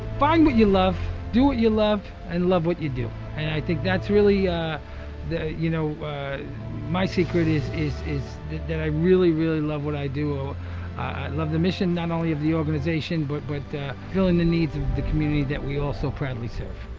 find what you love do what you love and love what you do, and i think that's really ah the you know my secret is is is that i really really love what i do, i love the mission not only of the organization but but feeling the needs of the community that we all so proudly serv.